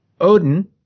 Odin